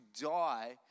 die